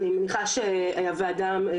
יש כרגע עתירה שתלויה ועומדת